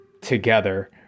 together